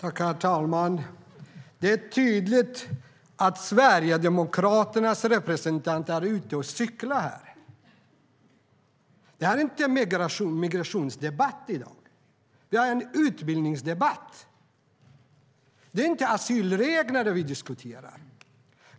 Herr talman! Det är tydligt att Sverigedemokraternas representant är ute och cyklar. Det här är inte en migrationsdebatt. Vi har en utbildningsdebatt. Det är inte asylreglerna vi diskuterar.